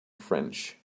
french